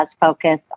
focus